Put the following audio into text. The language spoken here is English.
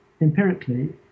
empirically